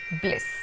bliss